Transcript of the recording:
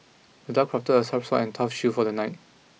the dwarf crafted a sharp sword and a tough shield for the knight